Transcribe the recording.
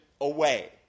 away